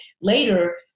later